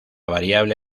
variable